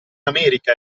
america